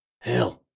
Hell